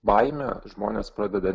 baimę žmonės pradeda